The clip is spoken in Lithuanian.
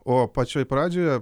o pačioj pradžioje